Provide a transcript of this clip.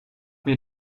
mir